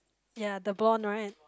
ya the blonde right